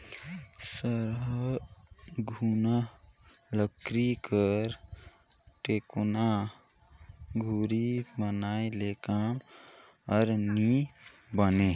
सरहा घुनहा लकरी कर टेकोना धूरी बनाए ले काम हर नी बने